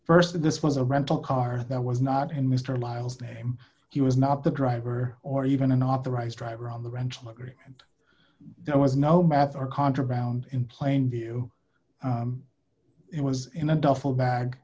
first this was a rental car that was not in mr lisle's name he was not the driver or even an authorized driver on the rental agreement there was no matter contra browned in plain view it was in a duffel bag